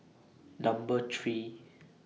Number three